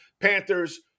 Panthers